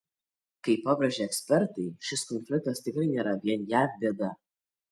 kaip pabrėžia ekspertai šis konfliktas tikrai nėra vien jav bėda